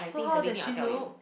so how does she look